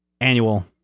Annual